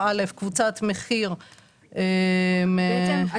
אז בעצם,